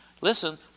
listen